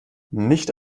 nicht